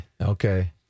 okay